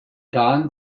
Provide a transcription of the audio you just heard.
don